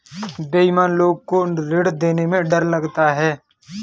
बेईमान लोग को ऋण देने में डर लगता है